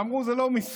ואמרו לי: זה לא מיסים.